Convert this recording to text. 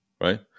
right